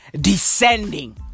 descending